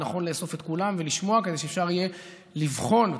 ונכון לאסוף את כולם ולשמוע כדי שאפשר יהיה לבחון מחדש,